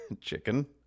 chicken